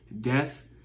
death